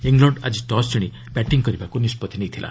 ଇଂଲକ୍ଷ ଆଜି ଟସ୍ ଜିଶି ବ୍ୟାଟିଂ କରିବାକୁ ନିଷ୍ପଭି ନେଇଥିଲା